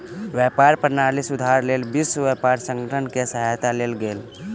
व्यापार प्रणाली सुधारक लेल विश्व व्यापार संगठन के सहायता लेल गेल